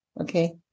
okay